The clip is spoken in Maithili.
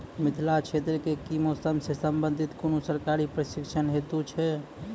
मिथिला क्षेत्रक कि मौसम से संबंधित कुनू सरकारी प्रशिक्षण हेतु छै?